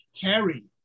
carry